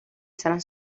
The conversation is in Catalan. seran